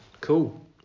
Cool